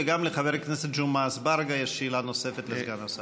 וגם לחבר הכנסת ג'מעה אזברגה יש שאלה נוספת לסגן השר.